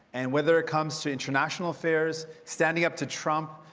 and whether it comes to international affairs, standing up to trump,